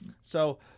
So-